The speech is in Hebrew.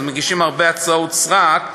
אז מגישים הרבה הצעות סרק,